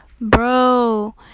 bro